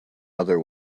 other